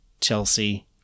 Chelsea